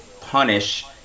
punish